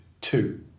two